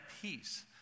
peace